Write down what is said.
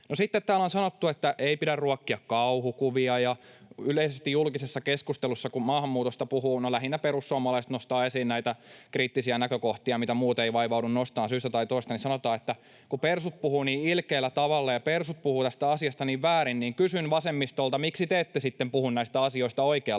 sitten täällä on sanottu, että ei pidä ruokkia kauhukuvia, ja yleisesti julkisessa keskustelussa kun maahanmuutosta puhuu — no, lähinnä perussuomalaiset nostavat esiin näitä kriittisiä näkökohtia, mitä muut eivät vaivaudu nostamaan syystä tai toisesta — niin sanotaan, että kun ”persut puhuvat niin ilkeällä tavalla” ja ”persut puhuvat tästä asiasta niin väärin”, niin kysyn vasemmistolta: miksi te ette sitten puhu näistä asioista oikealla